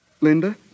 Linda